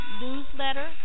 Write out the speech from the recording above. newsletter